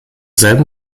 selben